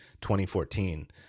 2014